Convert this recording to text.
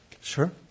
sure